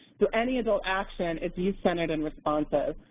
so any adult action is youth-centered and responsive.